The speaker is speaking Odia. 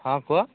ହଁ କୁହ